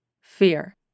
Fear